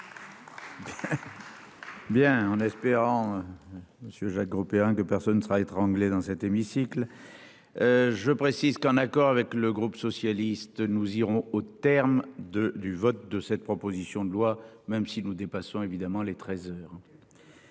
Bien en espérant. Monsieur Jacques Grosperrin que personne ne sera étranglée dans cet hémicycle. Je précise qu'un accord avec le groupe socialiste, nous irons au terme de du vote de cette proposition de loi même si nous dépassons évidemment les 13h.